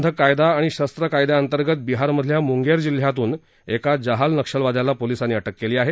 बेकायदा कृती प्रतिबंधक कायदा आणि शस्त्र कायद्याअंतर्गत बिहारमधल्या मुंगेर जिल्ह्यातून एका जहाल नक्षलवाद्याला पोलिसांनी अटक केली आहे